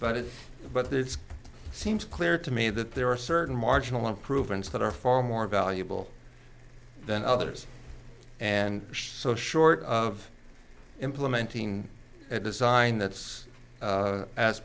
but it but this seems clear to me that there are certain marginal improvements that are far more valuable than others and push so short of implementing a design that's